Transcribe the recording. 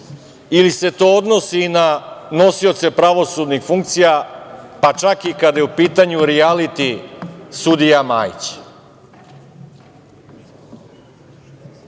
ili se to odnosi i na nosioce pravosudnih funkcija pa čak i kada je u pitanju rijaliti sudija Majić?